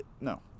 No